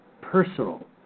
personal